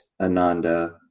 Ananda